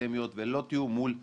ללא תיאום מול האקדמיות,